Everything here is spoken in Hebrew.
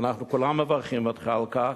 ואנחנו כולם מברכים אותך על כך,